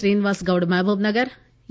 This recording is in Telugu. శ్రీనివాస్ గౌడ్ మహబూబ్ నగర్ ఈ